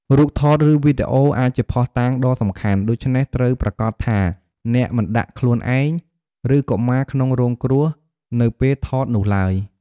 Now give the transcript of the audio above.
រូបថត ឬវីដេអូអាចជាភស្តុតាងដ៏សំខាន់ ដូច្នេះ ត្រូវប្រាកដថាអ្នកមិនដាក់ខ្លួនឯង ឬកុមារក្នុងគ្រោះថ្នាក់ នៅពេលថតនោះឡើយ។